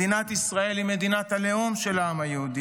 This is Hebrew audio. מדינת ישראל היא מדינת הלאום של העם היהודי,